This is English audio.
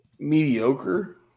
mediocre